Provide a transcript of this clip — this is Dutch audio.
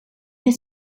het